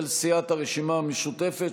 של סיעת הרשימה המשותפת,